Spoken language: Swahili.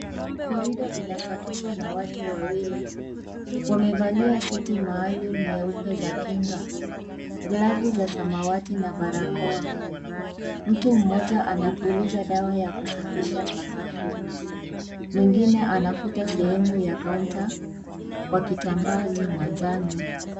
corridor inasafishwa na watu wawili wamevalia suti maalum nyeupe za kinga , glavu za samawati na barakoa mtu mmoja anapuliza dawa ya kusafisha sakafu , mwingine anafuta sehemu ya kaunta kwa kitambaa cha manjano.